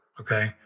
okay